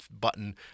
button